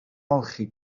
ymolchi